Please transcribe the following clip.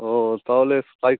ও তাহলে স্কাই